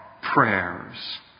prayers